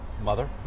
Mother